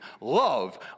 love